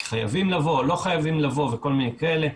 חייבים לבוא או לא חייבים לבוא וכל מיני דברים כאלה,